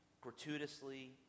gratuitously